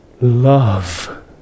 Love